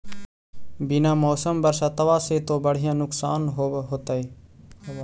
बिन मौसम बरसतबा से तो बढ़िया नुक्सान होब होतै?